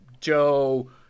Joe